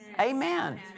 Amen